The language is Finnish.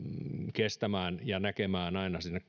kestämään ja näkemään aina sinne